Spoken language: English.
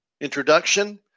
introduction